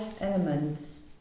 elements